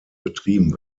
betrieben